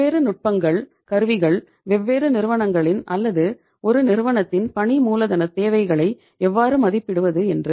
வெவ்வேறு நுட்பங்கள் கருவிகள் வெவ்வேறு நிறுவனங்களின் அல்லது ஒரு நிறுவனத்தின் பணி மூலதனத் தேவைகளை எவ்வாறு மதிப்பிடுவது என்று